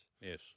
Yes